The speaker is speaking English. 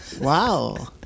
Wow